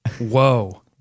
Whoa